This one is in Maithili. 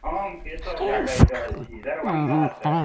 हम केशव झा बाजि रहल छी दरभङ्गासँ